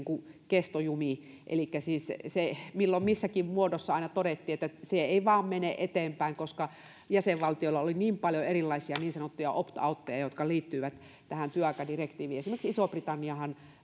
kestojumi elikkä se siis milloin missäkin muodossa aina todettiin että se ei vain mene eteenpäin koska jäsenvaltioilla oli niin paljon erilaisia niin sanottuja opt outeja jotka liittyivät tähän työaikadirektiiviin esimerkiksi iso britanniahan